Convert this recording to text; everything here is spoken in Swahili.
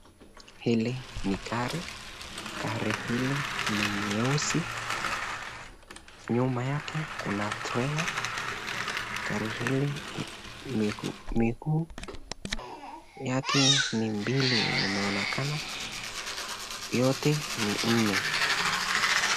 Hili ni gari, Gari hili ni nyeusi nyuma yake kuna(cs) trailer(cs)gari hili miguu yake ni mbili yenye imeonakana yote ni nne.